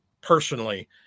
personally